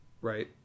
right